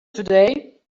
today